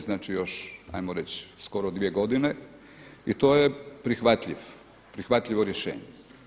Znači još hajmo reći skoro dvije godine i to je prihvatljivo rješenje.